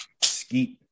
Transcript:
Skeet